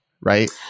right